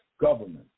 government